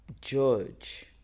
judge